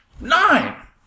Nine